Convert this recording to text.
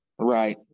Right